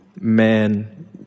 man